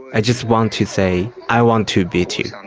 i just want to say i want to beat you.